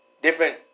different